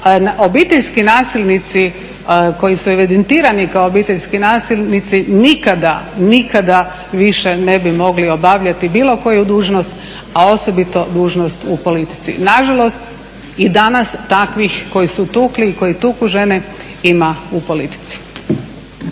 obiteljski nasilnici koji su evidentirani kao obiteljski nasilnici nikada, nikada ne bi više mogli obavljati bilo koju dužnost, a osobito dužnost u politici. Nažalost i danas takvih koji su tukli i koji tuku žene ima u politici.